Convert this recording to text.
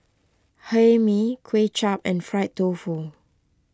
Hae Mee Kuay Chap and Fried Tofu